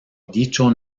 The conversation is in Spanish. dicho